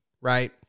right